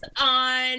on